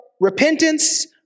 repentance